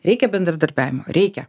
reikia bendradarbiavimo reikia